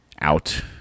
out